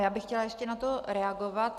Já bych chtěla ještě na to reagovat.